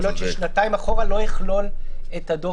יכול להיות ששנתיים אחורה לא יכלול את הדוח